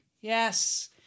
Yes